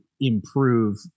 improve